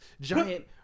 giant